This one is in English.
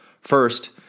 First